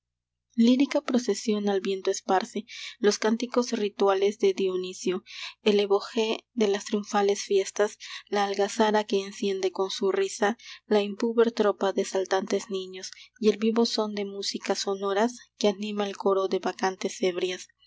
lírica procesión al viento esparce los cánticos rituales de dionisio el evohé de las triunfales fiestas la algazara que enciende con su risa la impúber tropa de saltantes niños y el vivo son de músicas sonoras que anima el coro de bacantes ebrias